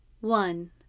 one